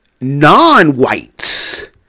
non-whites